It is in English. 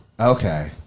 Okay